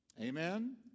Amen